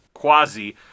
quasi